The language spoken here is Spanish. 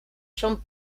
son